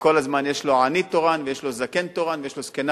וכל הזמן יש לו עני תורן ויש לו זקן תורן ויש לו זקנה.